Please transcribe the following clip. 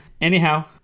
anyhow